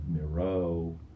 Miro